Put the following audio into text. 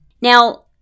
Now